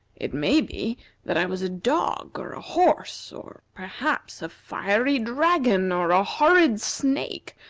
it may be that i was a dog or a horse, or perhaps a fiery dragon or a horrid snake.